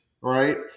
right